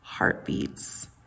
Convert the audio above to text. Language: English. Heartbeats